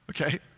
Okay